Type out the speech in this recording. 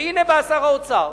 והנה בא שר האוצר